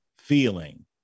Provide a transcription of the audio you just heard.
feeling